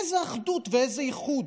איזו אחדות ואיזה איחוד?